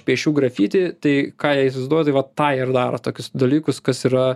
piešiu grafiti tai ką jie įsivaizduoja tai va tą ir daro tokius dalykus kas yra